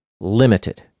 limited